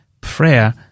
prayer